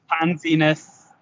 pansiness